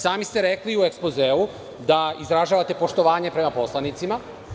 Sami ste rekli u ekspozeu da izražavate poštovanje prema poslanicima.